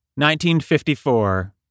1954